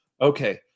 okay